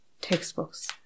textbooks